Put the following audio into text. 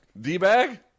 D-bag